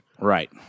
Right